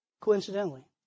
Coincidentally